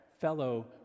fellow